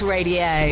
Radio